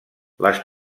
les